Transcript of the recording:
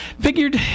figured